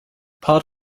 part